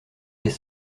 des